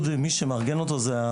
מי שמארגן את ציוד העידוד זה אולטראס,